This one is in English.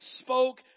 spoke